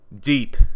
deep